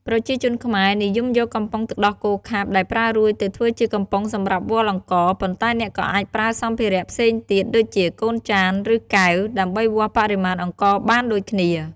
ប្រជាជនខ្មែរ និយមយកកំប៉ុងទឹកដោះគោខាប់ដែលប្រើរួចទៅធ្វើជាកំប៉ុងសម្រាប់វាល់អង្ករ ប៉ុន្តែអ្នកក៏អាចប្រើសម្ភារៈផ្សេងទៀត ដូចជា កូនចាន ឬ កែវ ដើម្បីវាស់បរិមាណអង្ករបានដូចគ្នា។